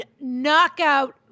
knockout